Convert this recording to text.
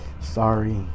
Sorry